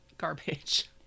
garbage